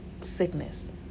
sickness